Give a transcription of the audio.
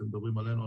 אתם מדברים עלינו,